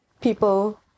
People